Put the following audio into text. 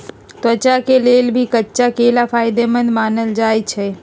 त्वचा के लेल भी कच्चा केला फायेदेमंद मानल जाई छई